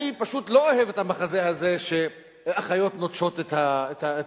אני פשוט לא אוהב את המחזה הזה שאחיות נוטשות את המחלקות.